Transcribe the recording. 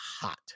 hot